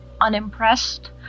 unimpressed